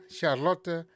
Charlotte